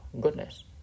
goodness